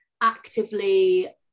actively